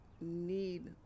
need